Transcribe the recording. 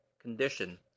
condition